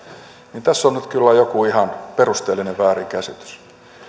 niin tässä on nyt kyllä joku ihan perusteellinen väärinkäsitys